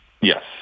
Yes